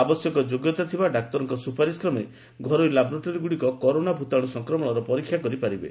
ଆବଶ୍ୟକ ଯୋଗ୍ୟତା ଥିବା ଡାକ୍ତରଙ୍କ ସୁପାରିସକ୍ରମେ ଘରୋଇ ଲାବୋରେଟୋରୀଗୁଡ଼ିକ କରୋନା ଭୂତାଣୁ ସଂକ୍ରମଣର ପରୀକ୍ଷା କରିପାରିବେ